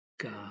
God